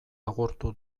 agurtu